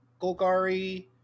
Golgari